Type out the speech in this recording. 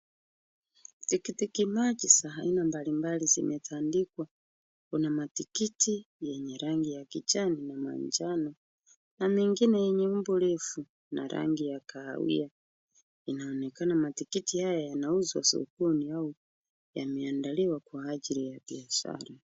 Tikiti maji za aina mbalimbali zimetandikwa. Kuna matikiti yenye rangi ya kijani na manjano na mengine yenye umbo refu na rangi ya kahawia. Inaonekana matikiti haya yanauzwa sokoni au yameandaliwa kwa ajili ya biashara.